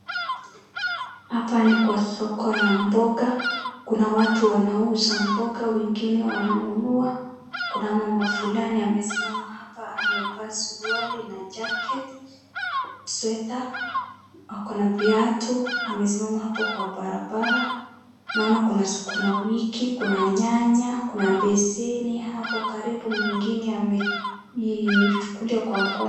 Hapa ni kwa soko ya mboga. Kuna watu wanauza mboga wengine wananunua. Kuna mama fulani amevaa suruali na jacket, sweater , akona viatu, amesimama hapo kwa barabara. Naona kuna sukuma wiki, kuna nyanya, kuna baseni hapo karibu mwingine ameichukulia kwa mkono.